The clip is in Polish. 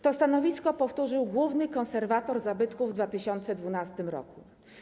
To stanowisko powtórzył główny konserwator zabytków w 2012 r.